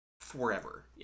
forever